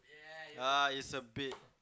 ah it's a bait